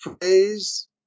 phrase